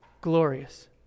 glorious